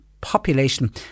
population